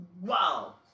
Wow